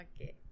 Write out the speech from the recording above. Okay